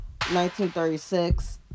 1936